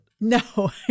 No